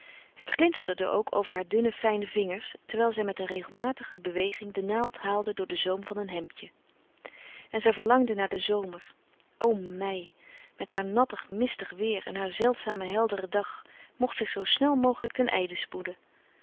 het glinsterde ook over haar dunne fijne vingers terwijl zij met een regelmatige beweging de naald haalde door den zoom van een hemdje en zij verlangde naar den zomer o mei met haar nattig mistig weêr en haar zeldzamen helderen dag mocht zich zoo snel mogelijk ten einde spoeden